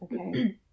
Okay